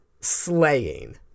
slaying